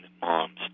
moms